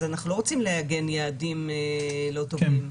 אז אנחנו לא רוצים לעגן יעדים לא טובים.